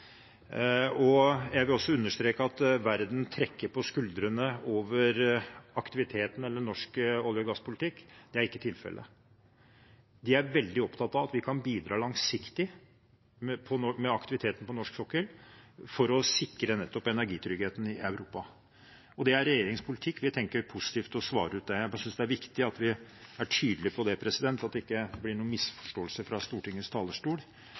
Jeg vil også understreke at det ikke er tilfellet at verden trekker på skuldrene over aktiviteten eller norsk olje- og gasspolitikk. De er veldig opptatt av at vi kan bidra langsiktig med aktiviteten på norsk sokkel for å sikre nettopp energitryggheten i Europa. Det er regjeringens politikk. Vi tenker å svare ut det positivt. Jeg bare syns det er viktig at vi er tydelige på det, at det ikke blir noen misforståelser fra Stortingets talerstol